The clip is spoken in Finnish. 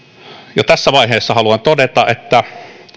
jo tässä vaiheessa haluan todeta että